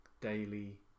daily